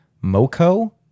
Moco